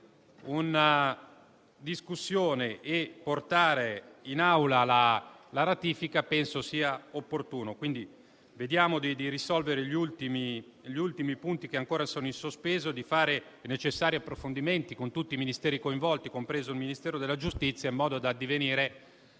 una discussione e portare in Assemblea la ratifica. Quindi, vediamo di risolvere gli ultimi punti ancora in sospeso e di fare i necessari approfondimenti con tutti i Ministeri coinvolti, compreso il Ministero della giustizia, in modo da addivenire